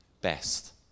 best